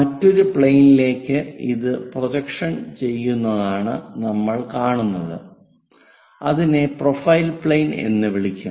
മറ്റൊരു പ്ലെയിനിലേക്ക് ഇത് പ്രൊജക്ഷൻ ചെയ്യുന്നതാണ് നമ്മൾ കാണുന്നത് അതിനെ പ്രൊഫൈൽ പ്ലെയിൻ എന്ന് വിളിക്കും